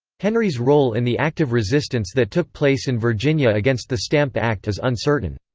henry's role in the active resistance that took place in virginia against the stamp act is uncertain.